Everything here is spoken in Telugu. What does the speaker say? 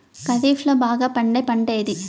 ఖరీఫ్ లో బాగా పండే పంట ఏది?